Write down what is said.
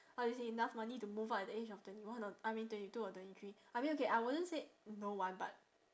how to say enough money to move out at the age of twenty one or I mean twenty two or twenty three I mean okay I wouldn't say no one but